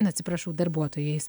atsiprašau darbuotojais